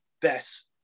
best